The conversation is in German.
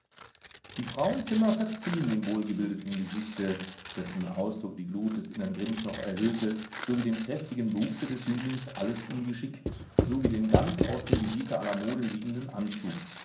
die frauenzimmer verziehen dem wohlgebildeten gesichte dessen ausdruck die glut des innern grimms noch erhöhte sowie dem kräftigen wuchse des jünglings alles ungeschick sowie den ganz aus dem gebiete aller mode liegenden anzug